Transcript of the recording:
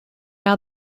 now